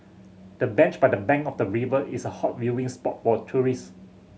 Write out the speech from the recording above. the bench by the bank of the river is a hot viewing spot for tourist